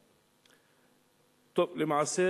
למעשה,